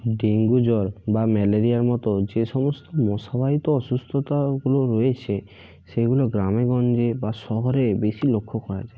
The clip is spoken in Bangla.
ডেঙ্গু জ্বর বা ম্যালেরিয়ার মতো যে সমস্ত মশাবাহিত অসুস্থতাগুলো রয়েছে সেইগুলো গ্রামেগঞ্জে বা শহরে বেশি লক্ষ্য করা যায়